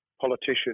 politician